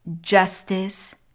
justice